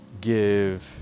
give